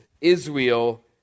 Israel